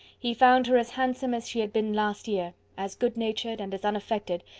he found her as handsome as she had been last year as good natured, and as unaffected,